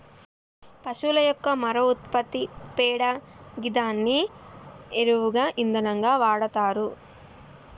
పశువుల యొక్క మరొక ఉత్పత్తి పేడ గిదాన్ని ఎరువుగా ఇంధనంగా వాడతరు